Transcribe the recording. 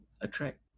attract